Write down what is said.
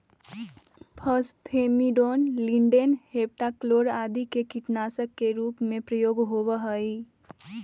phosphamidon, lindane, heptachlor आदि के कीटनाशक के रूप में प्रयोग होवऽ हई